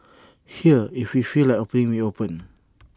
here if we feel like opening we open